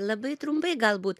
labai trumpai galbūt